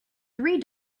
three